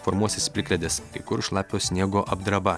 formuosis plikledis kur šlapio sniego apdraba